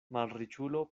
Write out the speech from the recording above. malriĉulo